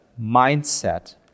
mindset